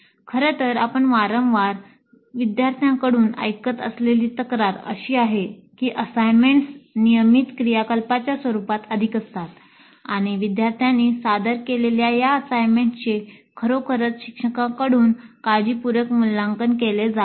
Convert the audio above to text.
खरं तर आपण वारंवार विद्यार्थ्यांकडून ऐकत असलेली तक्रार अशी आहे की असाइनमेंट्स नियमित क्रियाकलापांच्या स्वरूपात अधिक असतात आणि विद्यार्थ्यांनी सादर केलेल्या या असाइनमेंटचे खरोखरच शिक्षकांकडून काळजीपूर्वक मूल्यांकन केले जात नाही